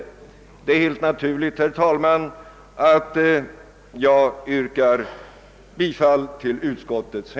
Det är helt naturligt, herr talman, att jag yrkar bifall till utskottets hemställan.